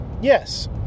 Yes